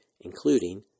including